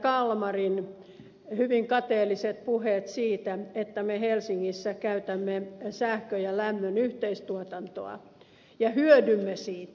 kalmarin hyvin kateelliset puheet siitä että me helsingissä käytämme sähkön ja lämmön yhteistuotantoa ja hyödymme siitä